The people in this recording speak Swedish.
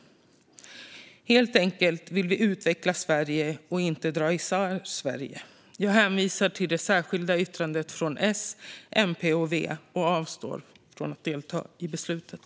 Vi vill helt enkelt utveckla Sverige, inte dra isär Sverige. Jag hänvisar till det särskilda yttrandet från S, MP och V och avstår från att delta i beslutet.